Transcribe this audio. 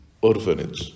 orphanage